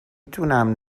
توانم